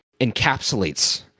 encapsulates